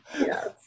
yes